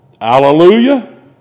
Hallelujah